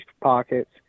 pockets